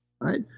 right